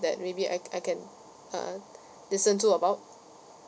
that maybe I I can uh listen to about